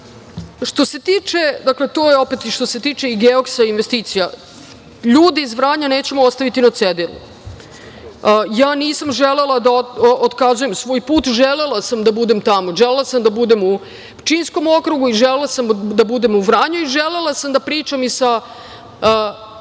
investicije odlaze. To je ono što se tiče i „Geoksa“ i investicija. Ljude iz Vranja nećemo ostaviti na cedilu. Nisam želela da otkazujem svoj put. Želela sam da budem tamo. Želela sam da budem u Pčinjskom okrugu i želela sam da budem u Vranju i želela sam da pričam i sa